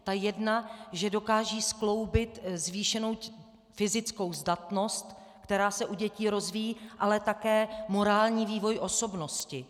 Ta jedna, že dokážou skloubit zvýšenou fyzickou zdatnost, která se u dětí rozvíjí, ale také morální vývoj osobnosti.